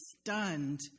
stunned